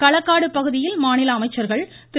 களக்காடு பகுதியில் மாநில அமைச்சர்கள் திரு